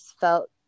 felt